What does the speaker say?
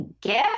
gift